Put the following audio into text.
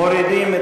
מורידים.